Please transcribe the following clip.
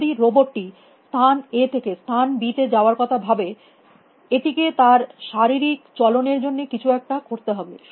যদি রোবট টি স্থান A থেকে স্থান B তে যাওয়ার কথা ভাবে এটিকে তার শারীরিক চলন এর জন্য কিছু একটা করতে হবে